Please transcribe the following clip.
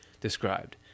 described